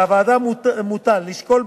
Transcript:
על הוועדה מוטל לשקול,